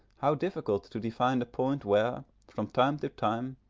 how difficult to define the point where, from time to time,